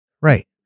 Right